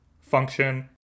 function